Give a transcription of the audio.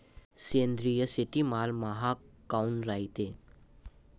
सेंद्रिय शेतीमाल महाग काऊन रायते?